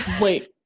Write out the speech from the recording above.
Wait